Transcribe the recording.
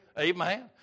Amen